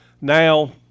Now